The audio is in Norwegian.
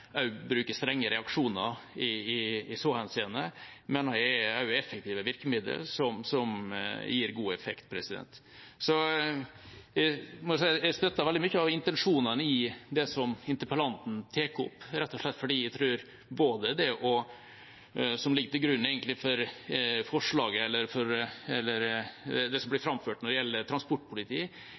strenge reaksjoner i så henseende, og dette mener jeg er effektive virkemidler som gir god effekt. Jeg må si jeg støtter veldig mye av intensjonen i det interpellanten tar opp, rett og slett fordi jeg tror at det som ligger til grunn for det som blir framført når det gjelder transportpoliti,